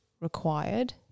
required